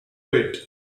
pit